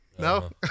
No